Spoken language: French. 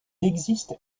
existe